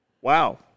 Wow